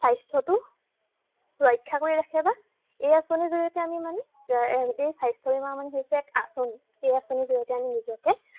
স্বাস্থ্যটো ৰক্ষা কৰি ৰাখে বা এই আঁচনিৰ জৰিয়তে আমি এই স্বাস্থ্য বেমাৰ মানে হৈছে এক আঁচনি এই আঁচনিৰ জৰিয়তে আমি নিজকে